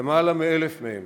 ויותר מ-1,000 מהם